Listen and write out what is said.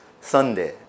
Sunday